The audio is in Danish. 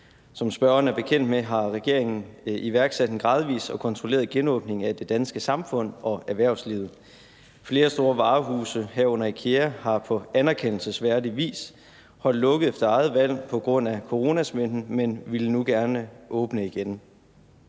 Som spørgeren er bekendt med, har regeringen iværksat en gradvis og kontrolleret genåbning af det danske samfund og erhvervslivet. Flere store varehuse, herunder IKEA, har på anerkendelsesværdig vis holdt lukket efter eget valg på grund af coronasmitten, men ville nu gerne åbne igen.